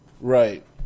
right